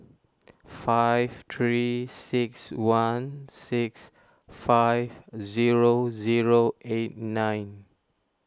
five three six one six five zero zero eight nine